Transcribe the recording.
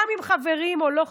גם אם חברים או לא חברים,